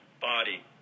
body